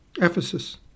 Ephesus